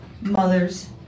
mothers